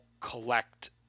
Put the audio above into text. collect